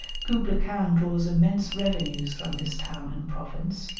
kublai-khan draws immense revenues from this town and province,